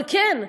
אבל כן,